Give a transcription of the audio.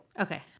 Okay